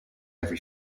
every